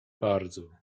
bardzo